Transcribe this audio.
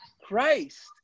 Christ